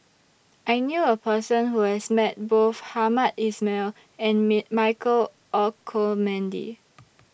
I knew A Person Who has Met Both Hamed Ismail and Michael Olcomendy